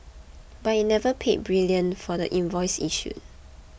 but it never paid brilliant for the invoice issued